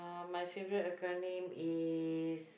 my favourite acronym is